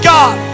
God